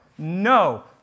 No